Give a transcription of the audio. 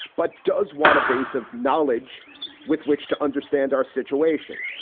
but does want a base of knowledge with which to understand our situation.